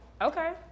Okay